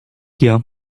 gear